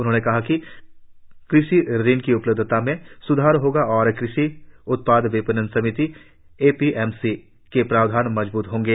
उन्होंने कहा कि कृषि ऋण की उपलब्धता में स्धार होगा और कृषि उत्पाद विपणन समिति एपीएमसी के प्रावधान मजबूत होंगे